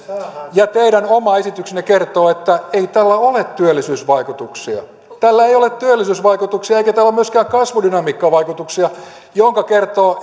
ja teidän oma esityksenne kertoo että ei tällä ole työllisyysvaikutuksia tällä ei ole työllisyysvaikutuksia eikä tällä ole myöskään kasvudynamiikkavaikutuksia jonka kertoo